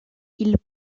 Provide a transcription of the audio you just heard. ils